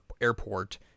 airport